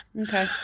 Okay